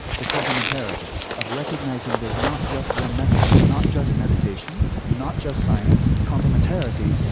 the complementarity of recognising there's not just one method not just meditation, not just science complementarity.